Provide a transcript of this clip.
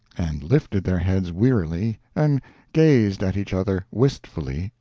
and lifted their heads wearily, and gazed at each other wistfully,